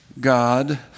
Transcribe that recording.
God